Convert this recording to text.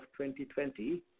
2020